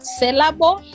sellable